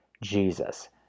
Jesus